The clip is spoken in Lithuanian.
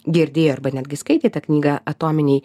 girdėjo arba netgi skaitė tą knygą atominiai